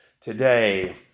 today